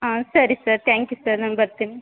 ಹಾಂ ಸರಿ sir thank you sir ನಾನು ಬರ್ತೀನಿ